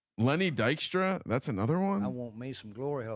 lenny dykstra. that's another one i won't make some glory.